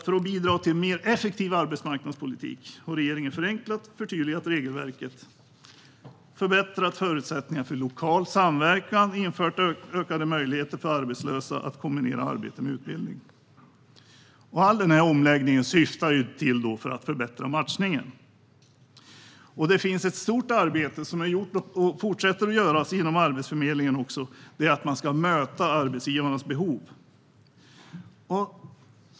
För att bidra till en effektivare arbetsmarknadspolitik har regeringen förenklat och förtydligat regelverket, förbättrat förutsättningar för lokal samverkan och infört ökade möjligheter för arbetslösa att kombinera arbete med utbildning. All denna omläggning syftar till att förbättra matchningen. Det pågår också ett stort arbete inom Arbetsförmedlingen med att möta arbetsgivarnas behov.